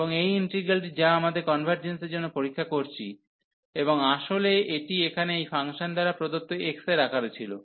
এবং এই ইন্টিগ্রালটি যা আমরা কনভার্জেন্সের জন্য পরীক্ষা করছি এবং আসলে এটি এখানে এই ফাংশন দ্বারা প্রদত্ত x এর আকারে ছিল